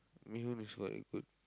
mee-hoon is quite good